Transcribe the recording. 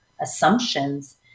assumptions